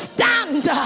stand